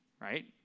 right